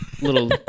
little